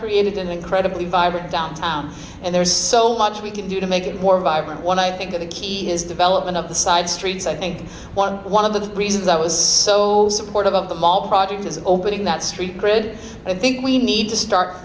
created an incredibly vibrant downtown and there is so much we can do to make it more vibrant what i think the key is development of the side streets i think one one of the reasons i was so supportive of the mall project is opening that street cred and i think we need to start